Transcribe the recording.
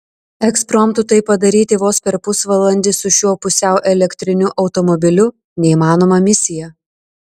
ekspromtu tai padaryti vos per pusvalandį su šiuo pusiau elektriniu automobiliu neįmanoma misija